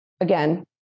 again